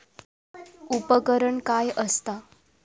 उपकरण काय असता?